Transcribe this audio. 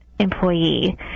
Employee